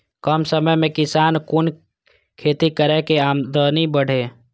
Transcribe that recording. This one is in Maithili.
कम समय में किसान कुन खैती करै की आमदनी बढ़े?